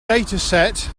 dataset